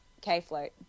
K-float